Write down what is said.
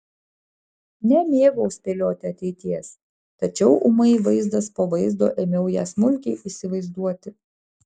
nemėgau spėlioti ateities tačiau ūmai vaizdas po vaizdo ėmiau ją smulkiai įsivaizduoti